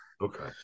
Okay